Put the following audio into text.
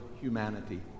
humanity